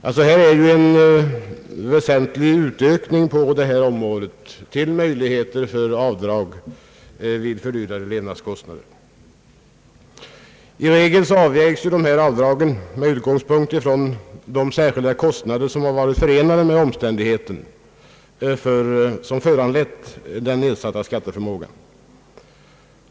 Detta är en väsentlig utökning av möjligheterna att medge avdrag. I regel avvägs avdragen med utgångspunkt i de särskilda kostnader som har varit förenade med den omständighet som föranlett den nedsatta skatteförmågan.